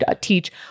teach